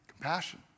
Compassion